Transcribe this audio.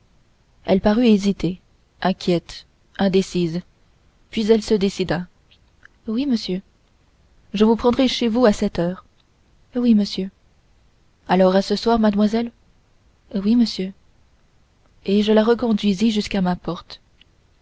elle parut hésiter inquiète indécise puis elle se décida oui monsieur je vous prendrai chez vous à sept heures oui monsieur alors à ce soir mademoiselle oui monsieur et je la reconduisis jusqu'à ma porte